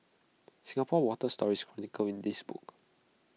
Singapore's water story is chronicled in this book